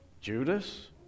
Judas